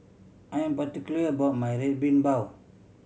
I am particular about my Red Bean Bao